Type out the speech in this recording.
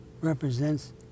represents